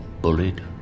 bullied